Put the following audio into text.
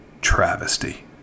Travesty